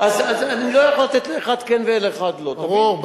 אז אני לא יכול לתת לאחד כן ולאחד לא, ברור.